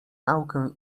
naukę